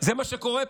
זה מה שקורה פה.